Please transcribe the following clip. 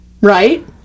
right